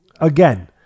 again